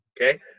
okay